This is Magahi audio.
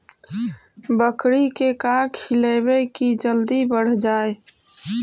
बकरी के का खिलैबै कि जल्दी बढ़ जाए?